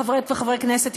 חברות וחברי הכנסת,